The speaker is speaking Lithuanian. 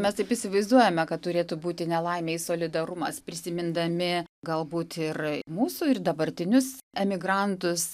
mes taip įsivaizduojame kad turėtų būti nelaimėj solidarumas prisimindami galbūt ir mūsų ir dabartinius emigrantus